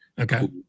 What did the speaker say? okay